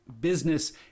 business